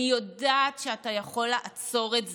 אני יודעת שאתה יכול לעצור את זה.